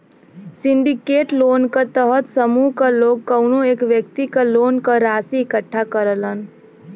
syndicate loan क तहत समूह क लोग कउनो एक व्यक्ति क लोन क राशि इकट्ठा करलन